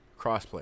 crossplay